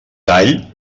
tall